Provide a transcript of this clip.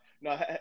no